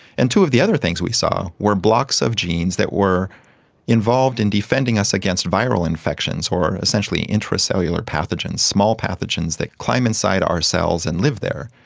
and two of the other things we saw were blocks of genes that were involved in defending us against viral infections or essentially intracellular pathogens, small pathogens that climb inside ourselves and live there.